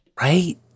right